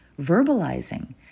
verbalizing